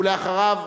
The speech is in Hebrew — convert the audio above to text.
ואחריו,